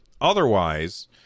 Otherwise